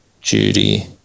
judy